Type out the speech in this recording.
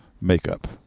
makeup